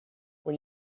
when